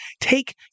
take